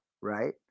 Right